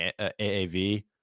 AAV